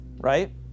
right